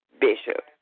Bishop